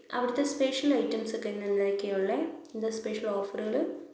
അവിടുത്തെ special items ഒക്കെ എന്ത എന്തൊക്കെയാ ഉള്ളെ എന്താ സ്പെഷ്യൽ ഓഫറുകള്